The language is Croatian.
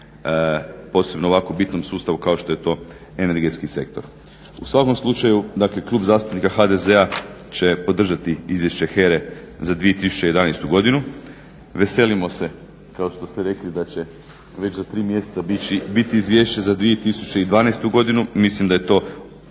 posebno ovako bitnom sustavu kao što je to energetski sektor. U svakom slučaju dakle Klub zastupnika HDZ-a će podržati izvješće HERA-e za 2011. godinu. Veselimo se kao što ste rekli da će već za 3 mjeseca biti izvješće za 2012., mislim da je to